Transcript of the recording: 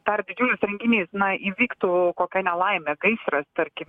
dar didžiulis renginys na įvyktų kokia nelaimė gaisras tarkim